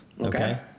Okay